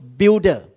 builder